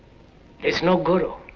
there's no guru,